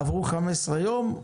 עברו 15 ימים,